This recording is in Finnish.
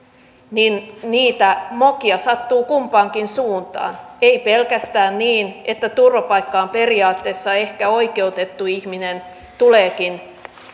niin niitä mokia sattuu kumpaankin suuntaan ei pelkästään niin että turvapaikkaan periaatteessa ehkä oikeutettu ihminen